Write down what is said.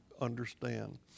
understand